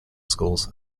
schools